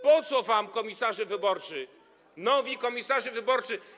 Po co wam komisarze wyborczy, nowi komisarze wyborczy?